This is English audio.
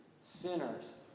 sinners